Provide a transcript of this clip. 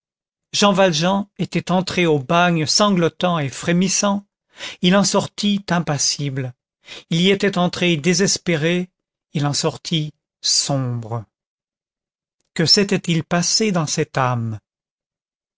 jean valjean était entré au bagne sanglotant et frémissant il en sortit impassible il y était entré désespéré il en sortit sombre que s'était-il passé dans cette âme